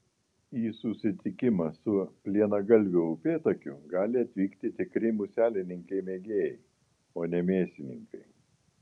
į susitikimą su plienagalviu upėtakiu gali atvykti tikri muselininkai mėgėjai o ne mėsininkai